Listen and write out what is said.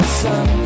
sun